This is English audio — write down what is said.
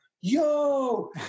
yo